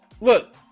Look